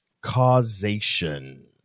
Causation